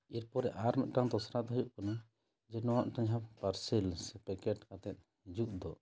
ᱮᱨᱯᱚᱨᱮ ᱟᱨ ᱢᱤᱫᱴᱮᱱ ᱫᱚᱥᱨᱟ ᱫᱚ ᱦᱩᱭᱩᱜ ᱠᱟᱱᱟ ᱡᱮ ᱱᱚᱣᱟ ᱢᱤᱫᱴᱮᱱ ᱡᱟᱦᱟᱸ ᱯᱟᱨᱥᱮᱞᱥ ᱯᱮᱠᱮᱴ ᱠᱟᱛᱮ ᱡᱩᱛ ᱫᱚ